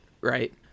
right